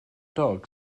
dog